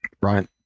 Brian